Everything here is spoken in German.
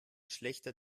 schlechter